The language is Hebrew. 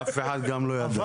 אף אחד גם לא יודע.